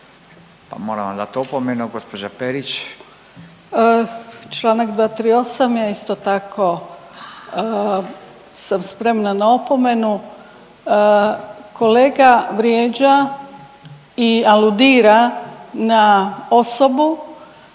moram vam dati opomenu. Gospođa Perić. **Perić, Grozdana (HDZ)** Članak 238. je isto tako sam spremna na opomenu. Kolega vrijeđa i aludira na osobu.